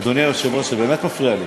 אדוני היושב-ראש, זה באמת מפריע לי.